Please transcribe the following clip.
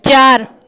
چار